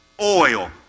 oil